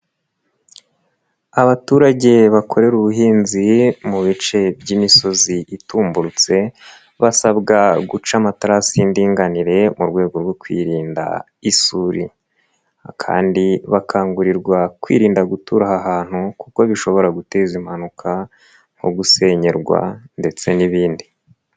Abaturage bakorera ubuhinzi mu bice by'imisozi itumburutse, basabwa guca amatarasi y'indinganire mu rwego rwo kwirinda isuri kandi bakangurirwa kwirinda gutura aha hantu kuko bishobora guteza impanuka, nko gusenyerwa ndetse n'ibindi.